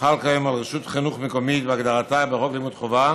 חל כיום על רשות חינוך מקומית בהגדרתה בחוק לימוד חובה